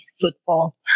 football